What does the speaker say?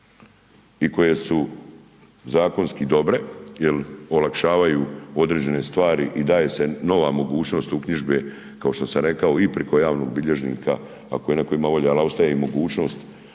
i koje su zakonski dobre jer olakšavaju određene stvari i daje se nova mogućnost uknjižbe kao što sam rekao i preko javnog bilježnika ako je netko imao volje ali ostaje mogućnost